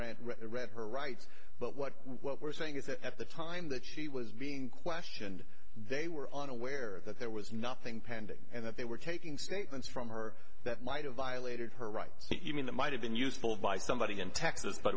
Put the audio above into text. ran read her rights but what what we're saying is that at the time that she was being questioned they were unaware that there was nothing pending and that they were taking statements from her that might have violated her rights even that might have been useful by somebody in texas but